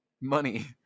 money